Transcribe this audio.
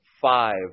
five